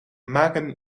maken